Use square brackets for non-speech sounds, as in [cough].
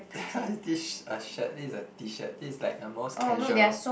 [laughs] this a shirt this is a T-shirt this is like the most casual